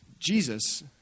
Jesus